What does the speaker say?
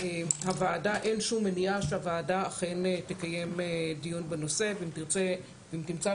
אין שום מניעה שהוועדה אכן תקיים דיון בנושא ואם תמצא